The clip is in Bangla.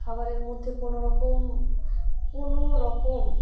খাবারের মধ্যে কোন রকম কোন রকম